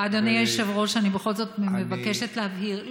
אדוני היושב-ראש, אני בכל זאת מבקשת להבהיר.